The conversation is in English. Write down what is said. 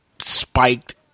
spiked